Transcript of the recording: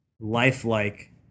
lifelike